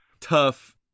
tough